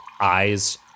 eyes